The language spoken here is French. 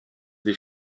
des